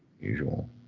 usual